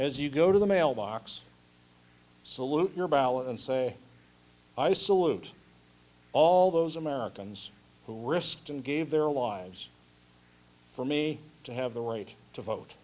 as you go to the mailbox salute your bow and say i salute all those americans who risked and gave their lives for me to have the right to vote